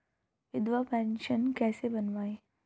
विधवा पेंशन कैसे बनवायें?